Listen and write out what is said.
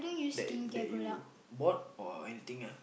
that that you bought or anything lah